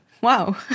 Wow